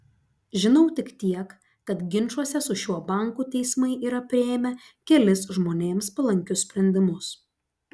žinau tik tiek kad ginčuose su šiuo banku teismai yra priėmę kelis žmonėms palankius sprendimus